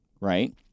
right